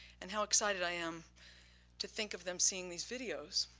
and how excited i am to think of them seeing these videos.